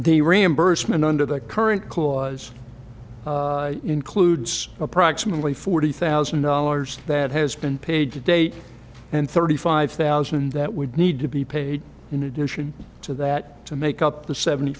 the reimbursement under the current clause includes approximately forty thousand dollars that has been paid to date and thirty five thousand that would need to be paid in addition to that to make up the seventy